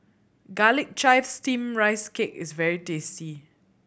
Garlic Chives Steamed Rice Cake is very tasty